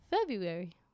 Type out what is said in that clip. February